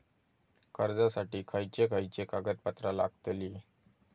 कर्जासाठी खयचे खयचे कागदपत्रा लागतली?